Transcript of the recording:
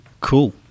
Cool